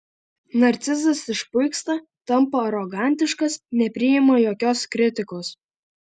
narcizas išpuiksta tampa arogantiškas nepriima jokios kritikos